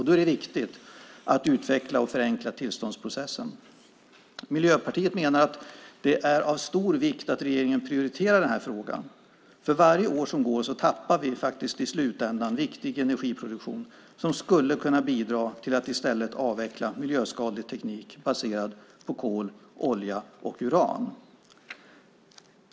Då är det viktigt att utveckla och förenkla tillståndsprocessen. Miljöpartiet menar att det är av stor vikt att regeringen prioriterar denna fråga. För varje år som går tappar vi i slutändan viktig energiproduktion som skulle kunna bidra till att i stället avveckla miljöskadlig teknik baserad på kol, olja och uran.